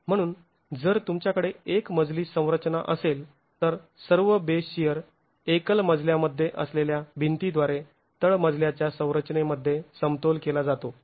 म्हणून जर तुमच्याकडे एक मजली संरचना असेल तर सर्व बेस शिअर एकल मजल्यामध्ये असलेल्या भिंती द्वारे तळमजल्याच्या संरचनेमध्ये समतोल केला जातो